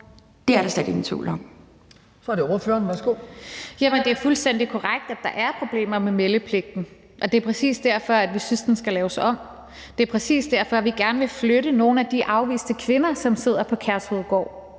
(Hans Kristian Skibby): Så er det ordføreren. Værsgo. Kl. 12:31 Rosa Lund (EL): Det er fuldstændig korrekt, at der er problemer med meldepligten. Det er præcis derfor, vi synes, at den skal laves om; det er præcis derfor, at vi gerne vil flytte nogle af de afviste kvinder, som sidder på Kærshovedgård.